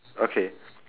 okay